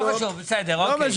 לא חשוב, בסדר, אוקיי.